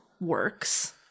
works